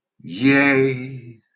Yay